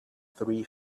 three